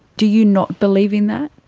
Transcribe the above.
do you not believe in that?